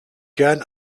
gern